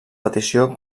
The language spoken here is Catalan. petició